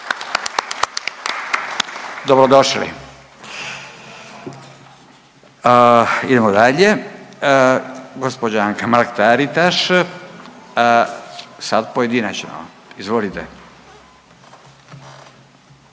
Dobro došli! Idemo dalje. Gospođa Anka Mrak-Taritaš sad pojedinačno. Izvolite.